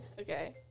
Okay